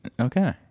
Okay